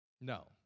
No